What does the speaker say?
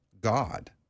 God